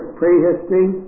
prehistory